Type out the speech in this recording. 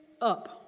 up